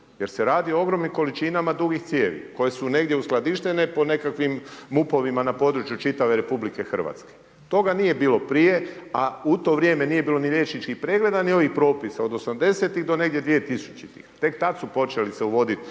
jer se radi o ogromnim količinama dugih cijevi, koje su negdje uskladištene, po nekakvim MUP-ovima, na području čitave RH. Toga nije bilo prije, a u to vrijeme nije bilo ni liječničkih pregleda, ni ovih propisa, odnosno '80. do nekih 2000. Tek tada su počeli uvoditi